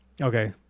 Okay